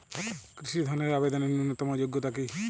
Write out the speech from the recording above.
কৃষি ধনের আবেদনের ন্যূনতম যোগ্যতা কী?